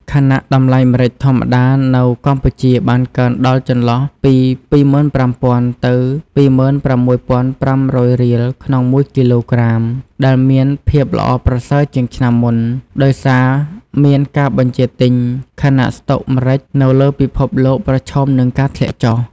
ខណៈតម្លៃម្រេចធម្មតានៅកម្ពុជាបានកើនដល់ចន្លោះពី ២៥០០០ ទៅ ២៦៥០០ រៀល ក្នុងមួយគីឡូក្រាម ដែលមានភាពល្អប្រសើរជាងឆ្នាំមុន ដោយសារមានការបញ្ជាទិញ ខណៈស្ដុកម្រេចនៅលើពិភពលោកប្រឈមនឹងការធ្លាក់ចុះ។